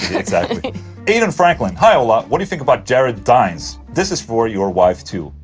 exactly aidan franklin hi ola, what do you think about jared dines? this is for your wife too,